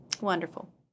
Wonderful